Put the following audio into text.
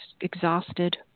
exhausted